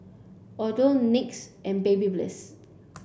Odlo NYX and Babyliss